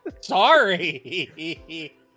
Sorry